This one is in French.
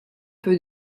peu